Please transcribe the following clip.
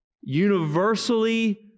universally